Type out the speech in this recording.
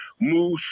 moose